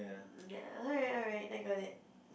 okay alright alright I got it